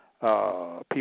people